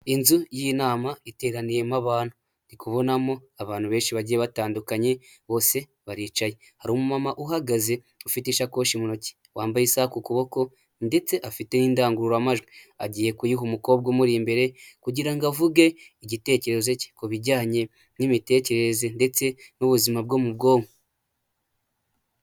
Inzu y'inama iteraniyemo abantu. Ndikubonamo abantu benshi bagiye batandukanye, bose baricaye. Hari umu mama uhagaze ufite isakoshi mu ntoki, wambaye isaha ku kuboko ndetse afite n'indangururamajwi, agiye kuyiha umukobwa umuri imbere kugira ngo avuge igitekerezo cye ku bijyanye n'imitekerereze ndetse n'ubuzima bwo mu bwonko.